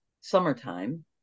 summertime